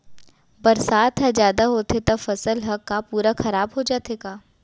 बरसात ह जादा होथे त फसल ह का पूरा खराब हो जाथे का?